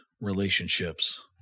relationships